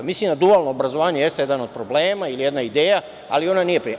Mislim da dualno obrazovanje jeste jedan od problema ili jedna ideja, ali ona nije prioritet.